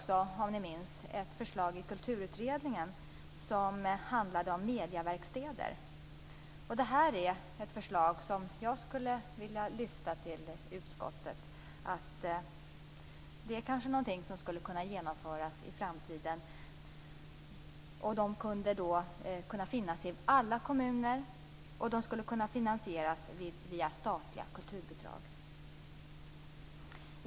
Som ni kanske minns fanns det också ett förslag i Detta är ett förslag som jag skulle vilja föra fram till utskottet. Det är kanske någonting som skulle kunna genomföras i framtiden. Verkstäderna skulle kunna finnas i alla kommuner, och de skulle kunna finansieras via statliga kulturbidrag.